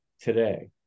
today